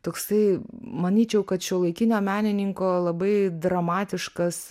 toksai manyčiau kad šiuolaikinio menininko labai dramatiškas